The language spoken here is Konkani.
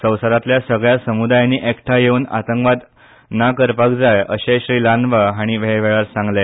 संवसारातल्या सगळ्या समुदायांनी एकठांय येवन आतंकवाद ना करपाक जाय अशेंय श्री लान्बा हांणी हेवेळार सांगले